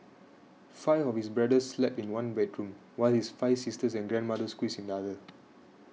five of his brothers slept in one bedroom while his five sisters and grandmother squeezed in the other